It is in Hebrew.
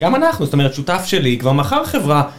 גם אנחנו, זאת אומרת שותף שלי, כבר מכר חברה.